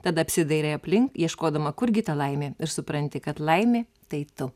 tada apsidairai aplink ieškodama kurgi ta laimė ir supranti kad laimė tai tu